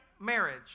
marriage